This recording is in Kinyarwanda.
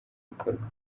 bikorwa